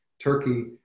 Turkey